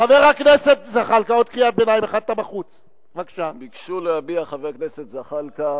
חבר הכנסת זחאלקה, אם אתה רוצה שאני אוציא אותך,